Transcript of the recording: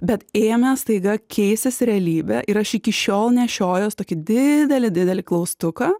bet ėmė staiga keistis realybė ir aš iki šiol nešiojuosi tokį didelį didelį klaustuką